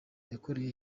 yakoreye